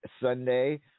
Sunday